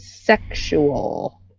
sexual